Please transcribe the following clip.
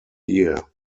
year